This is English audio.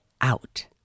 out